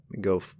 go